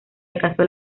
alcanzó